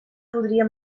podia